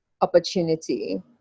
opportunity